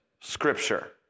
scripture